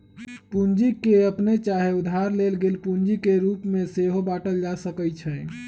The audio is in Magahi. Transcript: पूंजी के अप्पने चाहे उधार लेल गेल पूंजी के रूप में सेहो बाटल जा सकइ छइ